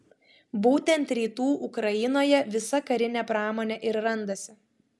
būtent rytų ukrainoje visa karinė pramonė ir randasi